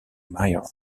mayor